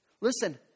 Listen